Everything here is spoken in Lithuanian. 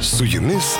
su jumis